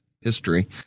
history